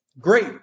Great